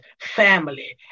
family